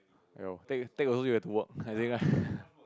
no take take also you had to work as in